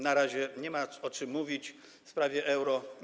Na razie nie ma o czym mówić w sprawie euro.